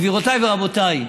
גבירותיי ורבותיי,